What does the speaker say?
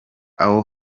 aho